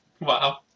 Wow